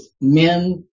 men